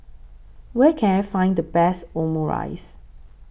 Where Can I Find The Best Omurice